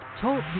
Talk